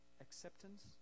acceptance